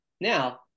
Now